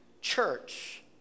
church